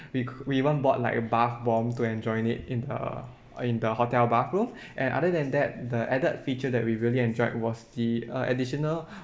we c~ we even bought like a bath bomb to enjoying it in the in the hotel bathroom and other than that the added feature that we really enjoyed was the uh additional